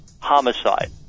homicide